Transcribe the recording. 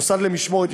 מוסד למשמורת,